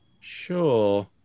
Sure